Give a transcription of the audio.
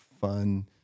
fun